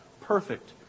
perfect